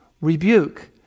rebuke